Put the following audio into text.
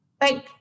thank